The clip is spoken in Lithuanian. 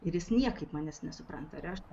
ir jis niekaip manęs nesupranta ir aš